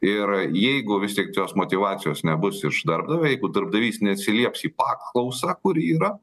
ir jeigu vis tik tos motyvacijos nebus iš darbdavio jeigu darbdavys neatsilieps į paklausą kuri yra